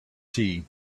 tea